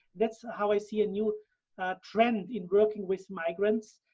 that's how i see a new trend in working with migrants,